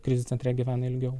krizių centre gyvena ilgiau